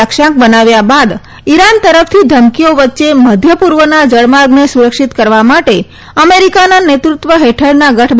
લક્ષ્યાંક બનાવ્યા બાદ ઇરાન તરફથી ધમકીઓ વચ્ચે મધ્યપૂર્વના જળમાર્ગને સુરક્ષિત કરવા માટે અમેરિકાના નેતૃત્વ હેઠળના ગઠબંધનમાં જાડાયું છે